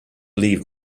leave